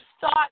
thought